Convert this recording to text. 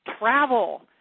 travel